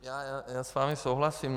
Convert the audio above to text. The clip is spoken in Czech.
Já s vámi souhlasím.